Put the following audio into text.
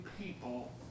people